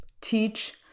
teach